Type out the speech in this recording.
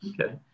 okay